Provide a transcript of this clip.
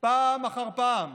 פעם אחר פעם